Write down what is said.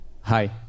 Hi